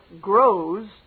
grows